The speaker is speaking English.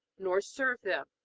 nor serve them.